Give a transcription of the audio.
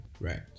right